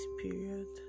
period